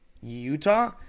Utah